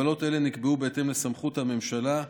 הגבלות אלו נקבעו בהתאם לסמכות הממשלה,